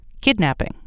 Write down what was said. Kidnapping